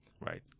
right